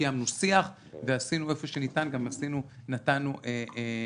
קיימנו שיח ואיפה שניתן גם נתנו מענה.